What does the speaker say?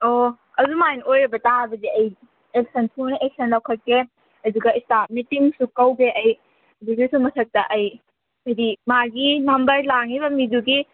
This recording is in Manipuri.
ꯑꯣ ꯑꯗꯨꯃꯥꯏꯅ ꯑꯣꯏꯔꯕ ꯇꯥꯔꯕꯨꯗꯤ ꯑꯩ ꯑꯦꯛꯁꯟ ꯊꯨꯅ ꯑꯦꯛꯁꯟ ꯂꯧꯈꯠꯀꯦ ꯑꯗꯨꯒ ꯏꯁꯇꯥꯐ ꯃꯤꯇꯤꯡꯁꯨ ꯀꯧꯒꯦ ꯑꯩ ꯑꯗꯨꯒꯤꯁꯨ ꯃꯊꯛꯇ ꯑꯩ ꯍꯥꯏꯗꯤ ꯃꯥꯒꯤ ꯅꯝꯕꯔ ꯂꯥꯡꯉꯤꯕ ꯃꯤꯗꯨꯒꯤ